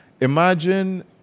Imagine